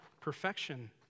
perfection